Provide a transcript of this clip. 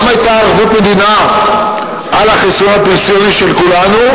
גם היתה ערבות מדינה על החיסכון הפנסיוני של כולנו,